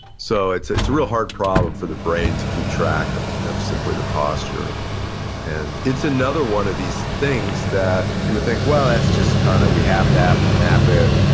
so it's it's a real hard problem for the brain to keep track of of simply the posture and it's another one of these things that you would think, well, that's just kinda we have that, we map it,